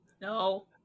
No